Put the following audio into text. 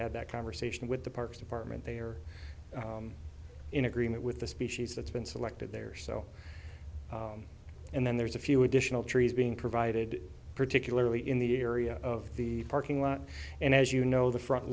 had that conversation with the parks department they are in agreement with the species that's been selected there so and then there's a few additional trees being provided particularly in the area of the parking lot and as you know the front